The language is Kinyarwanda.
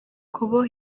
kuboha